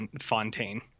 Fontaine